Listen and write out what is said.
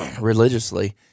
religiously